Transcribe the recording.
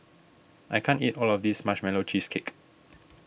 I can't eat all of this Marshmallow Cheesecake